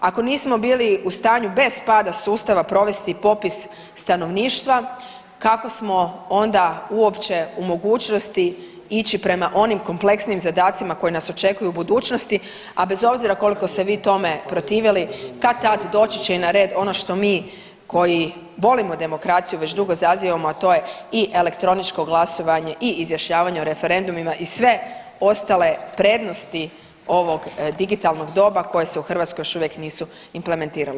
Ako nismo bili u stanju bez pada sustava provesti popis stanovništva kako smo onda uopće u mogućnosti ići prema onim kompleksnijim zadacima koji nas očekuju u budućnosti, a bez obzira koliko se vi tome protivili kad-tad doći će i na red ono što mi koji volimo demokraciju već dugo zazivamo, a to je i elektroničko glasovanje i izjašnjavanje o referendumima i sve ostale prednosti ovog digitalnog doba koje se u Hrvatskoj još uvijek nisu implementirale.